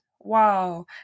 wow